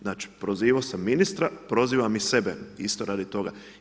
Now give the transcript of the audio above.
Znači, prozivao sam ministra, prozivam i sebe isto radi toga.